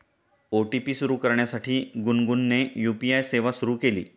OTP सुरू करण्यासाठी गुनगुनने यू.पी.आय सेवा सुरू केली